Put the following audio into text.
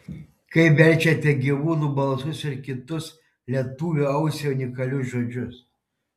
kaip verčiate gyvūnų balsus ir kitus lietuvio ausiai unikalius žodžius